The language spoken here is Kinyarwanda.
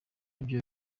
byo